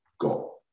goal